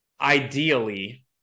ideally